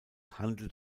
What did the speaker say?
handelt